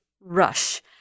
rush